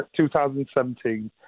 2017